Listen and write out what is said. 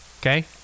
okay